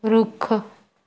ਰੁੱਖ